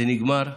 זה נגמר,